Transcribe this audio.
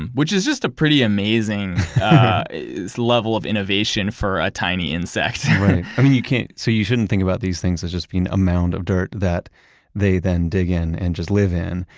and which is just a pretty amazing level of innovation for a tiny insect i mean you can't, so you shouldn't think about these things as just being a mound of dirt that they then dig in and just live in.